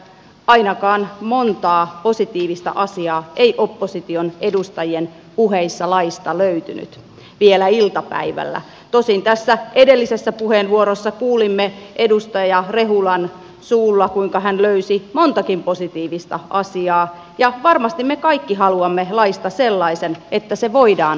ainakaan montaa positiivista asiaa ei opposition edustajien puheissa laista löytynyt vielä iltapäivällä tosin tässä edellisessä puheenvuorossa kuulimme edustaja rehulan suulla kuinka hän löysi montakin positiivista asiaa ja varmasti me kaikki haluamme laista sellaisen että se voidaan toteuttaa